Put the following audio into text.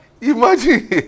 imagine